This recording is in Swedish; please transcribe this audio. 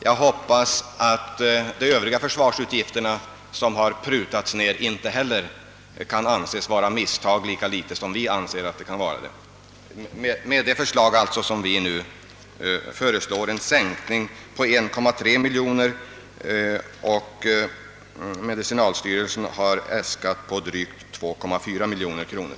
Jag hoppas att de övriga försvarsutgifterna som har prutats ned av socialdemokraterna mot de sakkunnigas mening inte kan anses vara misstag, lika litet som vi anser att så kan vara fallet med vårt förslag om en sänkning på 1,3 miljoner kronor av medicinalstyrelsens äskande på drygt 2,4 miljoner kronor.